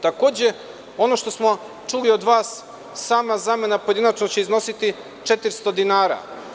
Takođe, ono što smo čuli od vas, sama zamena pojedinačno će iznositi 400 dinara.